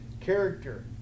character